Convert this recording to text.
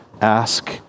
ask